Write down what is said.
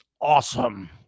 awesome